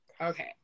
Okay